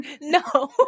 No